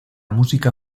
música